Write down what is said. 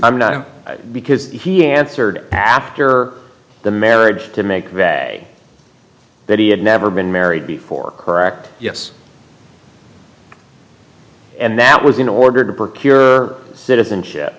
him because he answered after the marriage to make a that he had never been married before correct yes and that was in order to park your citizenship